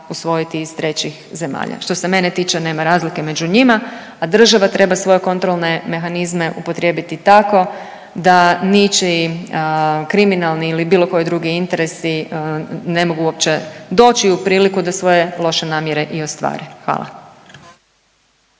usvojiti iz trećih zemalja. Što se mene tiče nema razlike među njima, a država treba svoje kontrolne mehanizme upotrijebiti tako da ničiji kriminalni ili bilo koji drugi interesi ne mogu uopće doći u priliku da svoje loše namjere i ostvare. Hvala.